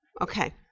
Okay